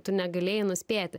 tu negalėjai nuspėti